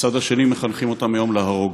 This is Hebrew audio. בצד השני מחנכים אותם היום להרוג.